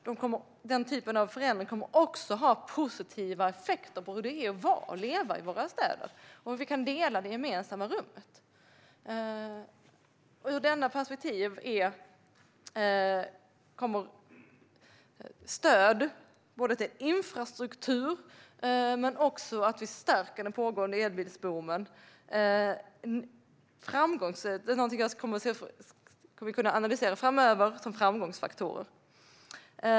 Denna typ av förändring kommer också att ha positiva effekter på hur det är att vara och leva i våra städer och hur vi kan dela det gemensamma rummet. I detta perspektiv kommer stöd till infrastruktur och en förstärkning av den pågående elbilsboomen att vara ett framgångsrecept. Det är något vi kommer att kunna analysera framöver som framgångsfaktorer.